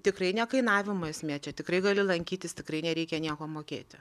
tikrai ne kainavimo esmė čia tikrai gali lankytis tikrai nereikia nieko mokėti